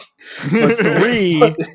Three